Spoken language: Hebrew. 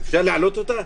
אפשר להעלות אותה?